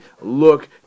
look